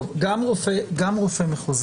גם רופא מחוזי,